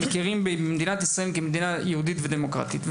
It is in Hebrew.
ומכירים בה כמדינה יהודית ודמוקרטית.